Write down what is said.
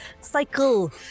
cycle